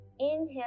Inhale